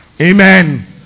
Amen